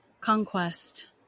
conquest